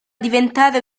diventare